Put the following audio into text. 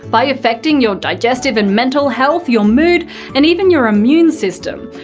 by affecting your digestive and mental health, your mood and even your immune system.